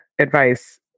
advice